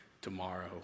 tomorrow